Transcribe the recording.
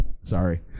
Sorry